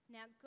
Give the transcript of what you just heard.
Now